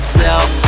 self